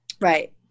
right